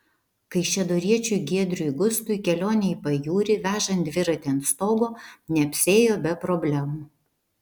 kaišiadoriečiui giedriui gustui kelionė į pajūrį vežant dviratį ant stogo neapsiėjo be problemų